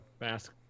mask